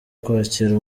kwakira